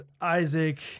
Isaac